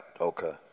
Okay